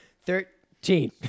thirteen